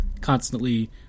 constantly